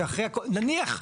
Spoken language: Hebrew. נניח,